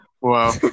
Wow